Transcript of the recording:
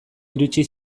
iritsi